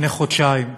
לפני חודשיים,